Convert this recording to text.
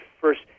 first